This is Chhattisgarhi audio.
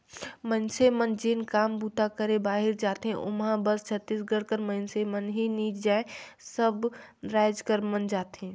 मइनसे मन जेन काम बूता करे बाहिरे जाथें ओम्हां बस छत्तीसगढ़ कर मइनसे मन ही नी जाएं सब राएज कर मन जाथें